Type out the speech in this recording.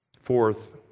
Fourth